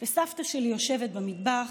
וסבתא שלי יושבת במטבח,